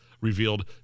revealed